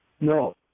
No